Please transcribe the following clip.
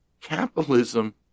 Capitalism